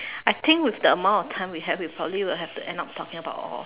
I think with the amount of time we have we probably will have to end up talking about all